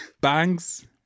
bangs